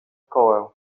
szkołę